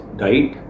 diet